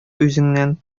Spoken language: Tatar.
үзеңнән